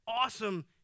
awesome